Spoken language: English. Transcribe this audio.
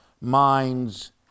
minds